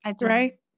Right